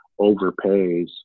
overpays